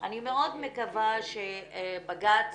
אני מאוד מקווה שבג"ץ